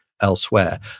elsewhere